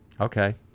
okay